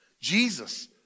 Jesus